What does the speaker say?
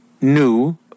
new